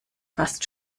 fast